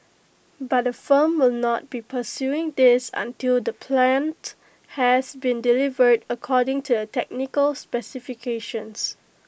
but the firm will not be pursuing this until the plant has been delivered according to the technical specifications